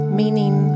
meaning